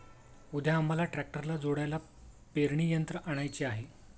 उद्या आम्हाला ट्रॅक्टरला जोडायला पेरणी यंत्र आणायचे आहे